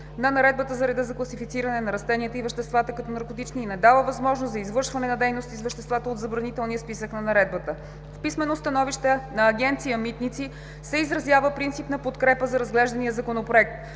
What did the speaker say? на Наредбата за реда за класифициране на растенията и веществата като наркотични и не дава възможност за извършване на дейности с вещества от забранителния списък на наредбата. В писменото становище на Агенция „Митници“ се изразява принципна подкрепа за разглеждания Законопроект,